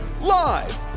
Live